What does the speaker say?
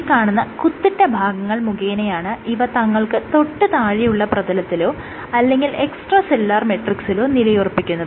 ഈ കാണുന്ന കുത്തിട്ട ഭാഗങ്ങൾ മുഖേനയാണ് ഇവ തങ്ങൾക്ക് തൊട്ട് താഴെയുള്ള പ്രതലത്തിലോ അല്ലെങ്കിൽ എക്സ്ട്രാ സെല്ലുലാർ മെട്രിക്സിലോ നിലയുറപ്പിക്കുന്നത്